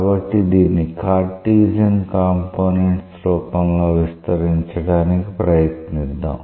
కాబట్టి దీన్ని Cartesian components రూపంలో విస్తరించడానికి ప్రయత్నిద్దాం